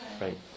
right